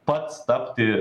pats tapti